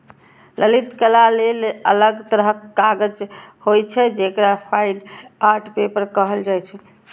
ललित कला लेल अलग तरहक कागज होइ छै, जेकरा फाइन आर्ट पेपर कहल जाइ छै